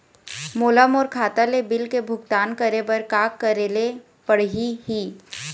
मोला मोर खाता ले बिल के भुगतान करे बर का करेले पड़ही ही?